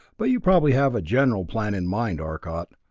but you probably have a general plan in mind, arcot.